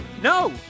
no